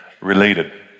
related